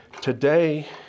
Today